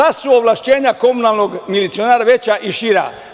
Ovlašćenja komunalnog milicionera su veća i šira.